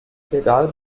pedale